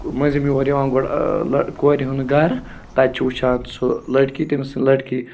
مٔنٛزِم یور یِوان گۄڈٕ کورِ ہُنٛد گَرٕ تَتہِ چھُ وٕچھان سُہ لٔڑکی تٔمِس لٔڑکی